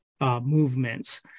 movements